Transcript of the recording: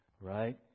Right